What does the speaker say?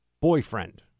boyfriend